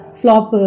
flop